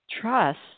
trust